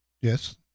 Yes